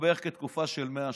בערך תקופה של 100 שנה.